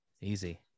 easy